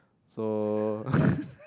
so